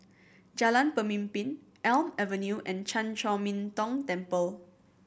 Jalan Pemimpin Elm Avenue and Chan Chor Min Tong Temple